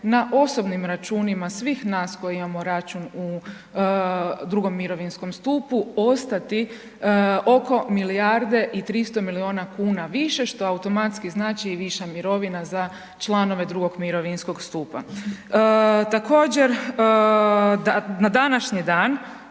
na osobnim računima svih nas koji imamo račun u II. mirovinskom stupu ostati oko milijarde i 300 milijuna kuna više, što automatski znači i viša mirovina za članove II. mirovinskog stupa. Također, na današnji dan